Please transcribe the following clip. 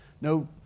no